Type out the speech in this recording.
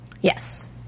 Yes